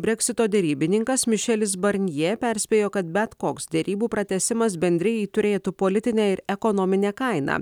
breksito derybininkas mišelis barnjė perspėjo kad bet koks derybų pratęsimas bendrijai turėtų politinę ir ekonominę kainą